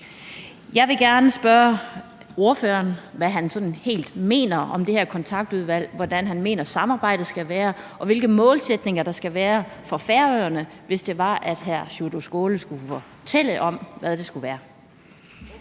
Jeg vil gerne spørge ordføreren, hvad han sådan helt mener om det her Kontaktudvalg; hvordan han mener samarbejdet skal være, og hvilke målsætninger der skal være for Færøerne, hvis hr. Sjúrður Skaale skulle fortælle om, hvad de skulle være.